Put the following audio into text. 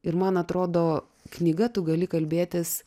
ir man atrodo knyga tu gali kalbėtis